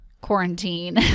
quarantine